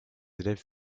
élèves